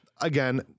again